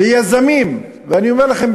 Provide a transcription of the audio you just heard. אני אומר לכם,